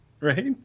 right